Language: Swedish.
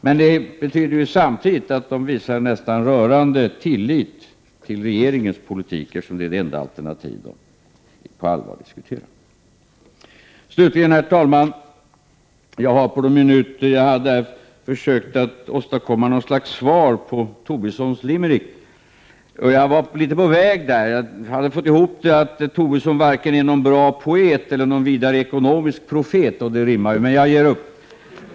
Men det betyder samtidigt att oppositionen visar nästan rörande tillit till regeringens politik, eftersom det är det enda alternativ som vi på allvar diskuterar. Slutligen, herr talman, har jag på någon minut försökt åstadkomma något slags svar på Lars Tobissons limerick. Jag var litet på väg. Jag hade fått ihop något om att Tobisson varken är någon bra poet eller någon vidare ekonomisk profet. Det rimmar ju, men jag ger upp.